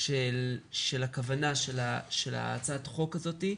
של הכוונה של הצעת החוק הזו,